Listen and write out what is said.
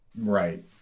Right